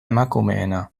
emakumeena